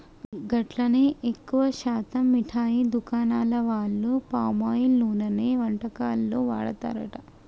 గట్లనే ఎక్కువ శాతం మిఠాయి దుకాణాల వాళ్లు పామాయిల్ నూనెనే వంటకాల్లో వాడతారట